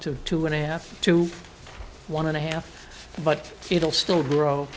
to two and a half to one and a half but it'll still grow